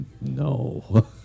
no